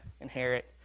inherit